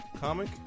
Comic